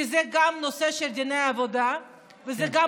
כי זה גם בנושא של דיני עבודה וזה גם